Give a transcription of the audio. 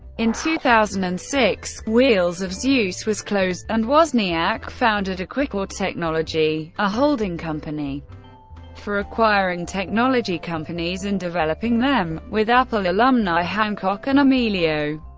in two thousand and six, wheels of zeus was closed, and wozniak founded acquicor technology, a holding company for acquiring technology companies and developing them, with apple alumni hancock and amelio.